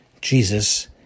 Jesus